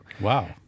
Wow